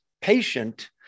patient